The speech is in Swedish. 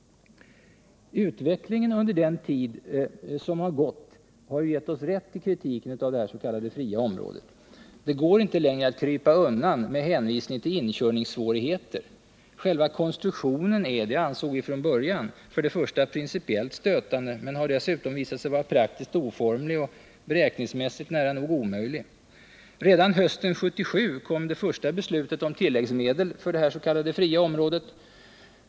Utvecklingen under den tid som gått har gett oss rätt i kritiken mot det s.k. fria området. Det går inte längre att krypa undan med hänvisningar till inkörningssvårigheter. Själva konstruktionen — det ansåg vi från början — var först och främst principiellt stötande, men den har dessutom visat sig vara praktiskt oformlig och beräkningsmässigt nästan omöjlig. Redan hösten 1977 kom det första beslutet om tilläggsmedel för det s.k. fria området.